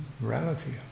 Morality